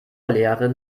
lehrerin